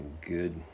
good